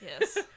Yes